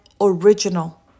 original